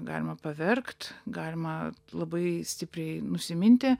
galima paverkt galima labai stipriai nusiminti